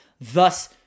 thus